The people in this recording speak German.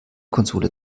konsole